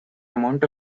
amount